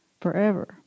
forever